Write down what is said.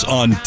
on